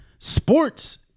Sports